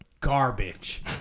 garbage